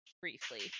briefly